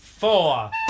Four